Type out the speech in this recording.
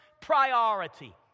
priority